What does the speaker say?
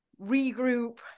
regroup